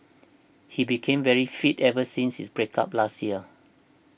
he became very fit ever since his break up last year